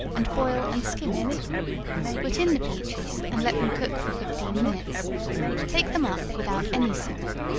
and boil and skim it put in the peaches, and let them cook for fifteen minutes take them up without any syrup,